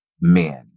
men